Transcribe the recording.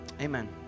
Amen